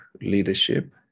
leadership